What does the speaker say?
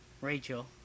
Rachel